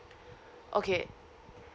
okay